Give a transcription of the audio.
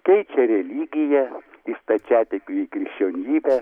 keičia religiją iš stačiatikių į krikščionybę